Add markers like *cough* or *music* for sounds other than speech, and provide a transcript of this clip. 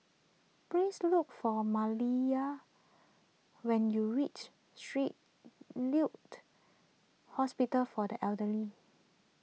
please look for Maliyah when you reach Street *unintelligible* Hospital for the Elderly